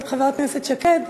חברת הכנסת שקד.